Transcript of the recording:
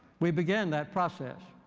we began that process.